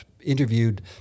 interviewed